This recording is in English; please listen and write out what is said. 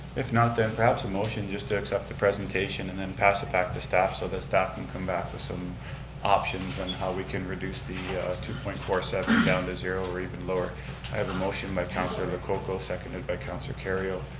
if not, then and perhaps a motion just to accept the presentation and then pass it back to staff so the staff can come back with some options on how we can reduce the two point four seven down to zero or even lower. i have a motion by councilor lococo, seconded by councilor kerrio,